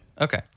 okay